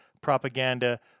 propaganda